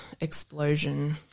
explosion